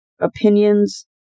opinions